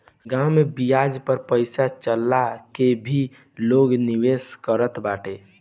गांव में बियाज पअ पईसा चला के भी लोग निवेश करत बाटे